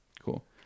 Cool